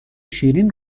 شیرین